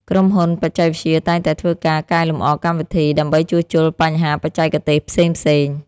ក្រុមហ៊ុនបច្ចេកវិទ្យាតែងតែធ្វើការកែលម្អកម្មវិធី ដើម្បីជួសជុលបញ្ហាបច្ចេកទេសផ្សេងៗ។